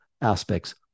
aspects